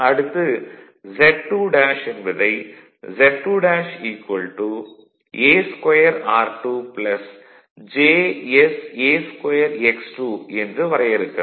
அடுத்து Z2' என்பதை Z2' a2r2 jsa2x2 என்று வரையறுக்கலாம்